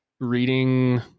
reading